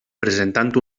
presentant